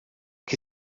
que